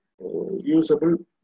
usable